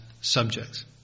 subjects